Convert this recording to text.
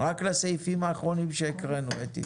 רק לסעיפים האחרונים שהקראנו, אתי.